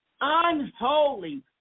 unholy